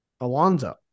Alonzo